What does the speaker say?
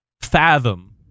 fathom